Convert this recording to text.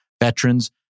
veterans